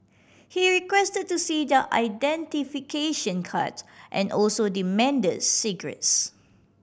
he requested to see their identification card and also demanded cigarettes